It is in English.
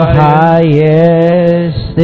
highest